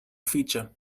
feature